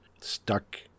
stuck